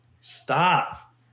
stop